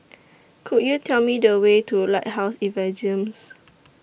Could YOU Tell Me The Way to Lighthouse